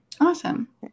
Awesome